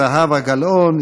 זהבה גלאון,